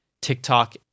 TikTok